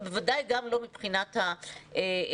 ובוודאי גם לא מבחינת הסטודנטים.